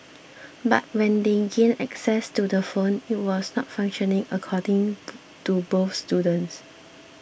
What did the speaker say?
but when they gained access to the phone it was not functioning according to both students